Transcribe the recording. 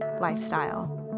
lifestyle